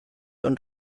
und